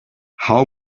how